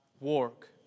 work